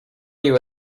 you